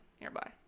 nearby